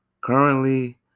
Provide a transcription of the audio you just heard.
currently